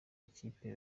ikipe